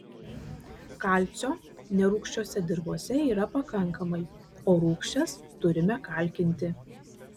kalcio nerūgščiose dirvose yra pakankamai o rūgščias turime kalkinti